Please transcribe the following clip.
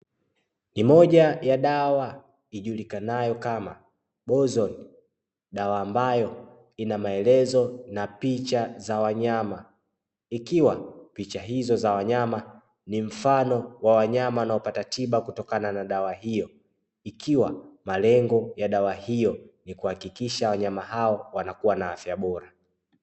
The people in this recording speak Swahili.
Ni moja ya dawa ijulikanayo kama "bozoni" dawa ambayo ina maelezo na picha za wanyama, ikiwa picha hizo za wanyama ni mfano wa wanyama na upata tiba kutokana na dawa hiyo; ikiwa na malengo ya dawa hiyo ni kuhakikisha wanyama hao wanakuwa na afya bora.